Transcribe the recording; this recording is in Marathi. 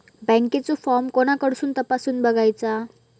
बँकेचो फार्म कोणाकडसून तपासूच बगायचा?